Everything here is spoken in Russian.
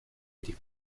этих